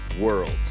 world's